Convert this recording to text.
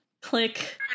Click